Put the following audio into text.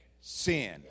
sin